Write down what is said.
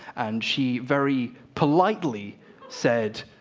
and she very politely said